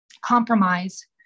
compromise